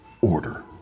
order